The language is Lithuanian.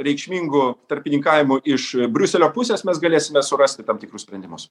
reikšmingu tarpininkavimu iš briuselio pusės mes galėsime surasti tam tikrus sprendimus